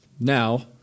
now